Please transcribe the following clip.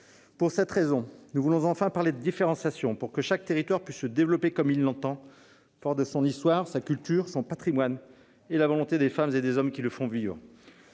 Pour cette raison, nous voulons enfin parler de différenciation, pour que chaque territoire puisse se développer comme il l'entend, fort de son histoire, de sa culture, de son patrimoine et de la volonté des femmes et des hommes qui le font vivre.